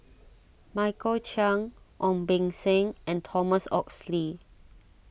Michael Chiang Ong Beng Seng and Thomas Oxley